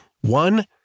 One